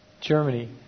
Germany